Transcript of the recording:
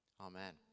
Amen